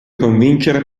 convincere